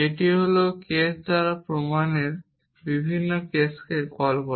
যেটি হল কেস দ্বারা প্রমাণের বিভিন্ন কেসকে কল করা